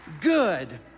good